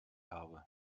habe